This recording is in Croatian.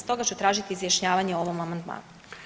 Stoga ću tražiti izjašnjavanje o ovom amandmanu.